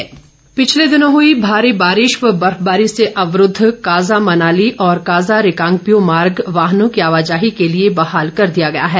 मारकंडा पिछले दिनों हुई भारी बारिश व बर्फबारी से अवरूद्व काजा मनाली और काजा रिकांगपिओ मार्ग वाहनों की आवाजाही के लिए बहाल कर दिया गया है